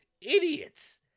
idiots